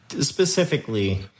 specifically